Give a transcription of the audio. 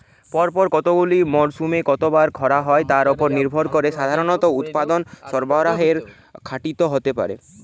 পরপর কতগুলি মরসুমে কতবার খরা হয় তার উপর নির্ভর করে সাধারণত উৎপাদন সরবরাহের ঘাটতি হতে পারে